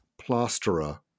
plasterer